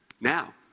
Now